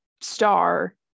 star